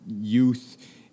youth